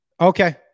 Okay